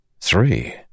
Three